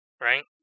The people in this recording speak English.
right